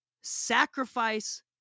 sacrifice